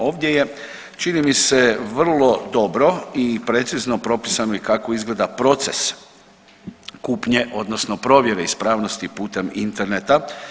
Ovdje je čini mi se vrlo dobro i precizno propisano kako izgleda proces kupnje odnosno provjere ispravnosti putem interneta.